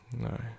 No